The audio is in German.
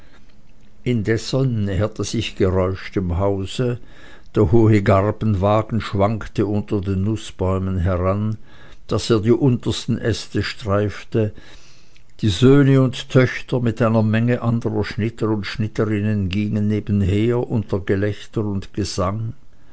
indessen näherte sich geräusch dem hause der hohe garbenwagen schwankte unter den nußbäumen heran daß er die untersten äste streifte die söhne und töchter mit einer menge anderer schnitter und schnitterinnen gingen nebenher unter gelächter und gesang